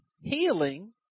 healing